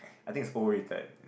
I think it's overrated